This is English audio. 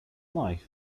life